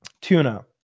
Tuna